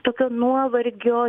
tokio nuovargio